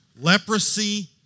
Leprosy